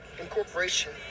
incorporation